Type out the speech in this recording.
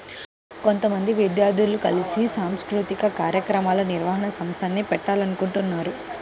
కొంతమంది విద్యార్థులు కలిసి సాంస్కృతిక కార్యక్రమాల నిర్వహణ సంస్థని పెట్టాలనుకుంటన్నారు